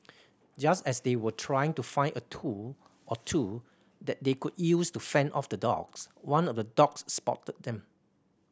just as they were trying to find a tool or two that they could use to fend off the dogs one of the dogs spotted them